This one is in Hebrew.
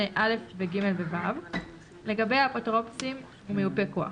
ותקנה 28(א) ו-(ג) (ו) לגבי אפוטרופסים ומיופי כוח,